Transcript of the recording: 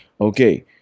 okay